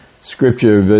scripture